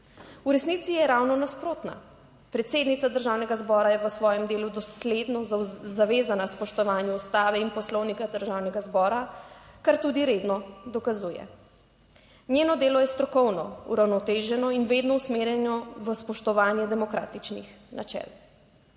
V resnici je ravno nasprotna. Predsednica državnega zbora je v svojem delu dosledno zavezana spoštovanju Ustave in Poslovnika Državnega zbora, kar tudi redno dokazuje. Njeno delo je strokovno uravnoteženo in vedno usmerjeno v spoštovanje demokratičnih načel.